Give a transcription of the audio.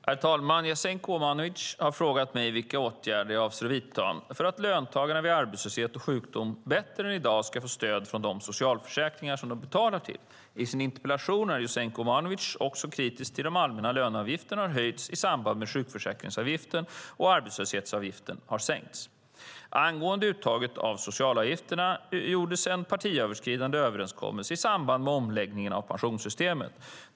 Herr talman! Jasenko Omanovic har frågat mig vilka åtgärder jag avser att vidta för att löntagarna vid arbetslöshet och sjukdom bättre än i dag ska få stöd från de socialförsäkringar som de betalar till. I sin interpellation är Jasenko Omanovic också kritisk till att den allmänna löneavgiften har höjts i samband med att sjukförsäkringsavgiften och arbetslöshetsavgiften har sänkts. Angående uttaget av socialavgifterna gjordes en partiöverskridande överenskommelse i samband med omläggningen av pensionssystemet.